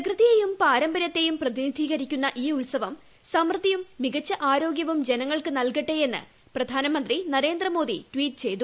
പ്രകൃതിയേയും പാരമ്പര്യത്തേയും പ്രതിനിധീകരിക്കുന്ന ഈ ഉത്സവം സമൃദ്ധിയും മികച്ച ആരോഗ്യവും ജനങ്ങൾക്ക് നല്കട്ടെയെന്ന് പ്രപ്രധാനമന്ത്രി നരേന്ദ്രമോദി ട്വീറ്റ് ചെയ്തു